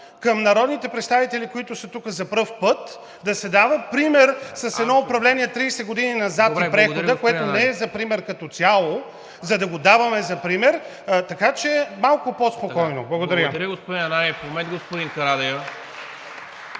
към народните представители, които са тук за пръв път, да се дава пример с едно управление 30 години назад в прехода, което не е за пример като цяло, за да го даваме за пример, така че малко по спокойно! Благодаря. ПРЕДСЕДАТЕЛ НИКОЛА МИНЧЕВ: Благодаря,